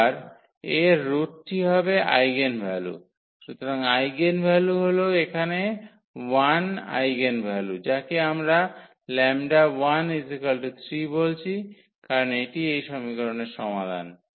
এবং এর রুটটি হবে আইগেনভ্যালু সুতরাং আইগেনভ্যালুগুলি হল এখানে 1 আইগেনভ্যালু যাকে আমরা 𝜆13 বলছি কারণ এটি এই সমীকরণের সমাধান